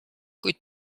kuid